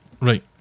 Right